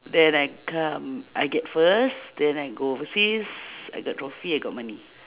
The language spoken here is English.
then I come I get first then I go overseas I got trophy I got money